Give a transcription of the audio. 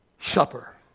supper